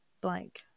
blank